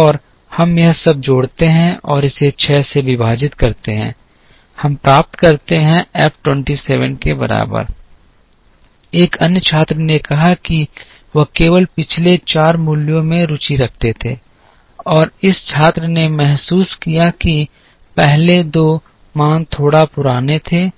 और हम यह सब जोड़ते हैं और इसे 6 से विभाजित करते हैं हम प्राप्त करते हैं एफ 27 के बराबर है एक अन्य छात्र ने कहा कि वह केवल पिछले चार मूल्यों में रुचि रखते थे और इस छात्र ने महसूस किया कि पहले 2 मान थोड़ा पुराने थे